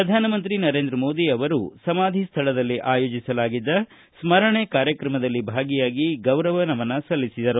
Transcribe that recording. ಪ್ರಧಾನಮಂತ್ರಿ ನರೇಂದ್ರ ಮೋದಿ ಅವರು ಸಮಾಧಿ ಸ್ಥಳದಲ್ಲಿ ಆಯೋಜಿಸಲಾಗಿದ್ದ ಸ್ಮರಣೆ ಕಾರ್ಯಕ್ರಮದಲ್ಲಿ ಭಾಗಿಯಾಗಿ ಗೌರವ ನಮನ ಸಲ್ಲಿಸಿದರು